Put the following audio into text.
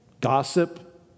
gossip